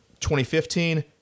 2015